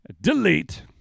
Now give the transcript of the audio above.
delete